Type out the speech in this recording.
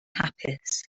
hapus